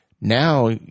Now